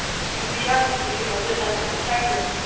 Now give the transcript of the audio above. he beat us behave a bit like a detective.